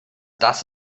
das